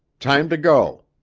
time to go!